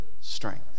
strength